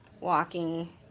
walking